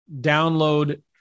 download